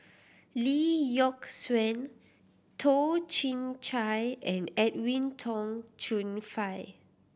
Lee Yock Suan Toh Chin Chye and Edwin Tong Chun Fai